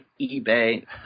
eBay